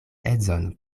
edzon